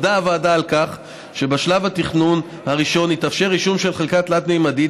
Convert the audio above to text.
עמדה הוועדה על כך שבשלב התכנון הראשון יתאפשר רישום של חלקה תלת-ממדית,